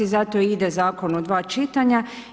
Zato i ide zakon u dva čitanja.